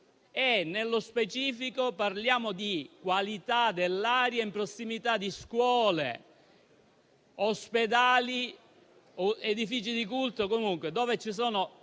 nello specifico di qualità dell'aria in prossimità di scuole, ospedali e edifici di culto, dove ci sono